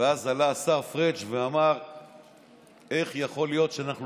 ואז עלה השר פריג' ושאל איך יכול להיות שאנחנו